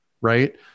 right